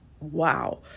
Wow